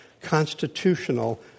constitutional